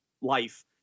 life